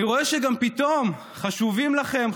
אני רואה שפתאום גם חשובים לכם,